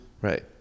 Right